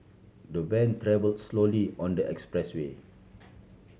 the van travelled slowly on the expressway